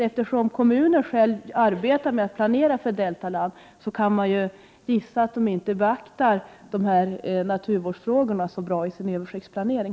Eftersom kommunen själv arbetar med att planera för Deltaland, kan man gissa att kommunen inte heller beaktar naturvårdsfrågorna så bra i sin översiktsplanering.